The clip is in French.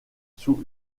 sous